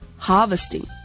Harvesting